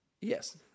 Yes